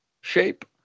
shape